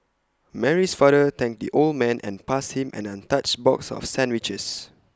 Mary's father thanked the old man and passed him an untouched box of sandwiches